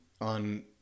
on